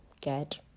get